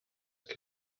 que